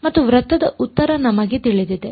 ಮತ್ತು ವೃತ್ತದ ಉತ್ತರ ನಮಗೆ ತಿಳಿದಿದೆ